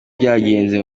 byagenze